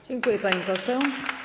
Dziękuję, pani poseł.